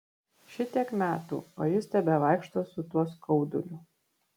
šitiek metų o jis tebevaikšto su tuo skauduliu